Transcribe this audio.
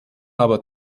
aber